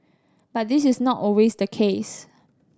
but this is not always the case